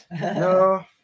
No